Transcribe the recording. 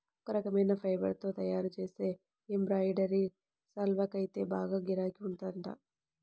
ఒక రకమైన ఫైబర్ తో తయ్యారుజేసే ఎంబ్రాయిడరీ శాల్వాకైతే బాగా గిరాకీ ఉందంట